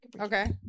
Okay